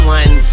one